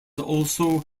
also